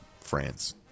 France